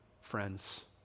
friends